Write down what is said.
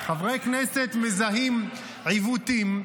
חברי הכנסת מזהים עיוותים,